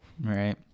Right